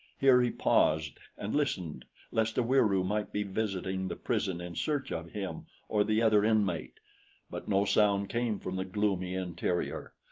here he paused and listened lest a wieroo might be visiting the prison in search of him or the other inmate but no sound came from the gloomy interior.